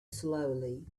slowly